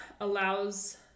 allows